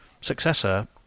successor